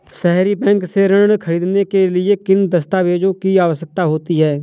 सहरी बैंक से ऋण ख़रीदने के लिए किन दस्तावेजों की आवश्यकता होती है?